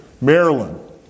Maryland